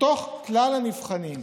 מתוך כלל הנבחנים,